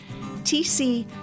TC